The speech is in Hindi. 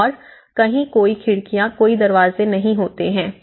और कहीं कोई खिड़कियां कोई दरवाजे नहीं होते हैं